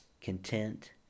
content